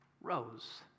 Rose